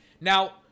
Now